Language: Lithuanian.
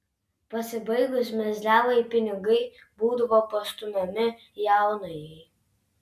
pasibaigus mezliavai pinigai būdavo pastumiami jaunajai